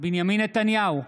בנימין נתניהו,